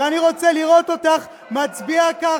ואני רוצה לראות אותך מצביעה ככה.